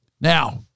Now